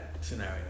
scenario